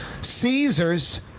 Caesars